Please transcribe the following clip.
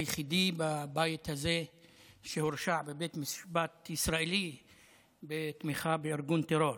היחיד בבית הזה שהורשע בבית משפט ישראלי בתמיכה בארגון טרור.